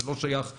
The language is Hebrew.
זה לא שייך להם.